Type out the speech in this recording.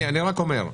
אני רק אומר,